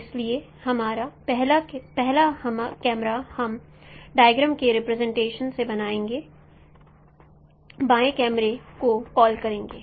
इसलिए पहला कैमरा हम डायग्राम के रिप्रेजेंटेशन से बाएं कैमरे को कॉल करेंगे